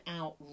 out